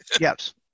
Yes